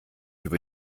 über